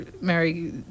Mary